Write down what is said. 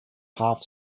half